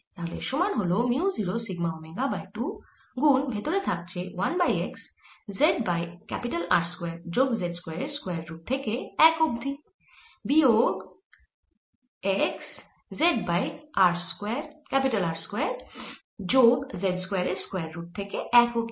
তাহলে এর সমান হল মিউ 0 সিগমা ওমেগা বাই 2 গুন ভেতরে আছে 1 by x z by R square যোগ z স্কয়ার এর স্কয়ার রুট থেকে 1 অবধি বিয়োগ x z by R square যোগ z স্কয়ার এর স্কয়ার রুট থেকে 1 অবধি